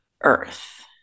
earth